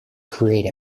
create